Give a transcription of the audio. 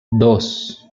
dos